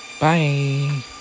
bye